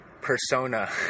persona